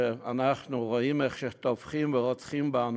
ואנחנו רואים איך שטובחים ורוצחים בנו,